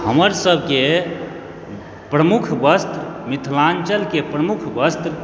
हमर सभके प्रमुख वस्त्र मिथिलाञ्चलके प्रमुख वस्त्र